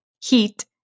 heat